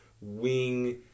wing